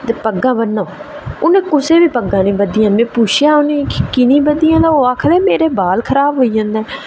ते पग्गां बन्नो उ'नें कुसै बी पग्गां निं बद्धियां ते में पुच्छेआ कि की निं बद्धियां ते ओह् आखदे मेरे बाल खराब होई जंदे ते